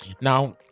Now